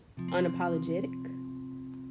unapologetic